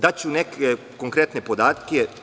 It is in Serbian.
Daću neke konkretne podatke.